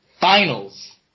finals